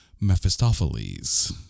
mephistopheles